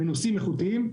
מנוסים ואיכותיים,